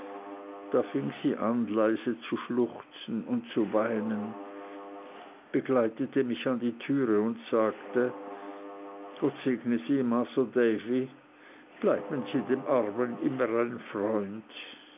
da fing sie an leise zu schluchzen und zu weinen begleitete mich an die türe und sagte gott segne sie masr davy bleiben sie dem armen immer ein freund